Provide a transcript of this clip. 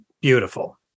Beautiful